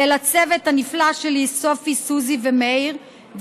לצוות הנפלא שלי, סופי, סוזי ומאיר.